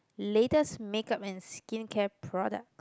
latest make-up and skincare product